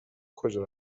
کجا